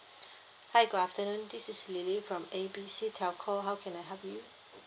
hi good afternoon this is lily from A B C telco how can I help you